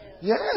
Yes